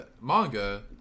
manga